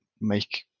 make